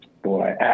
Boy